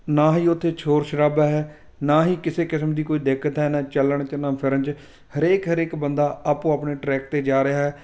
ਨਾ ਹੀ ਉੱਥੇ ਸ਼ੋਰ ਸ਼ਰਾਬਾ ਹੈ ਨਾ ਹੀ ਕਿਸੇ ਕਿਸਮ ਦੀ ਕੋਈ ਦਿੱਕਤ ਹੈ ਨਾ ਚੱਲਣ 'ਚ ਨਾ ਫਿਰਨ 'ਚ ਹਰੇਕ ਹਰੇਕ ਬੰਦਾ ਆਪੋ ਆਪਣੇ ਟਰੈਕ 'ਤੇ ਜਾ ਰਿਹਾ